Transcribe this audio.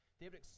David